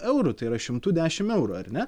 eurų tai yra šimtu dešimt eurų ar ne